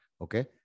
Okay